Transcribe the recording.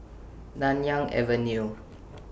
Nanyang Avenue